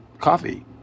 coffee